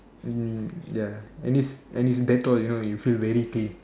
mm ya and it's and it's Dettol you know you feel very clean